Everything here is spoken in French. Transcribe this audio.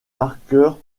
marqueur